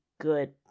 good